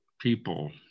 people